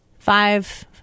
Five